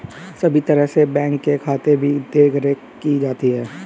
सभी तरह से बैंक के खाते की देखरेख भी की जाती है